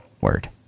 word